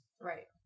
Right